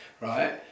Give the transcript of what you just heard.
right